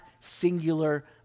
singular